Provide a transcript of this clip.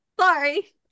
Sorry